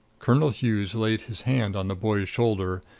colonel hughes laid his hand on the boy's shoulder,